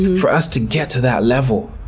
for us to get to that level,